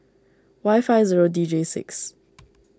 Y five zero D J six